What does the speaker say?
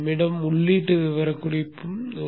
நம்மிடம்உள்ளீட்டு விவரக்குறிப்பும் உள்ளது